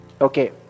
Okay